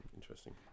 Interesting